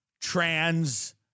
trans